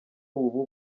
ubu